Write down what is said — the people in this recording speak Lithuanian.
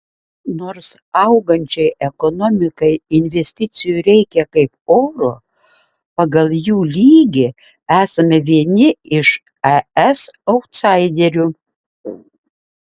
nors augančiai ekonomikai investicijų reikia kaip oro pagal jų lygį esame vieni iš es autsaiderių